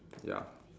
ya